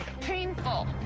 painful